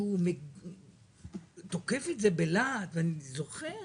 והוא תוקף אותו בלהט ואני זוכר